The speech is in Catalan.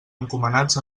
encomanats